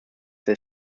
they